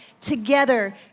together